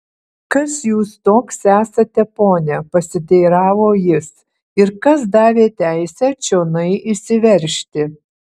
kas jūs toks esate pone pasiteiravo jis ir kas davė teisę čionai įsiveržti